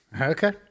Okay